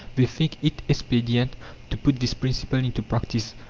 they think it expedient to put this principle into practice,